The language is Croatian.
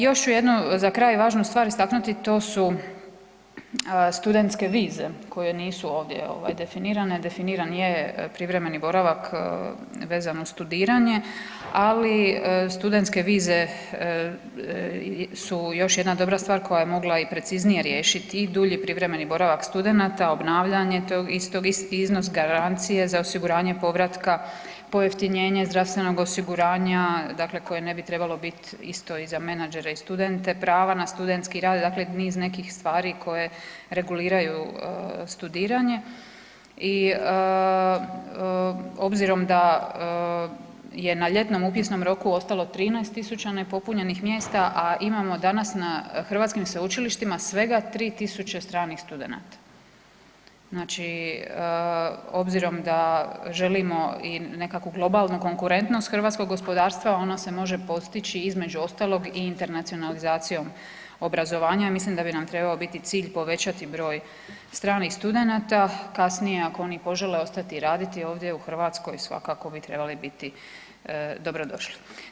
Još ću jednu za kraj važnu stvari istaknuti, to su studentske vize koje nisu ovdje definirane, definiran je privremeni boravak vezano uz studiranje, ali studentske vize su još jedna dobra stvar koja je mogla i preciznije riješiti i dulji privremeni boravak studenata, obnavljanje tog istog, iznos garancije za osiguranje povratka, pojeftinjenje zdravstvenog osiguranja, dakle koje ne bi trebalo bit isto i za menadžere i studente, prava na studentski rad, dakle niz nekih stvari koje reguliraju studiranje i obzirom da je na ljetnom upisnom roku ostalo 13 000 nepopunjenih mjesta a imamo danas na hrvatskim sveučilištima svega 3000 stranih studenata, znači obzirom da želimo i nekakvu globalnu konkurentnost hrvatskog gospodarstva, ono se može postići između ostalog i internacionalizacijom obrazovanja i mislim da bi nam trebao biti cilj povećati broj stranih studenata, kasnije ako oni požele ostati raditi ovdje u Hrvatskoj, svakako bi trebali biti dobrodošli.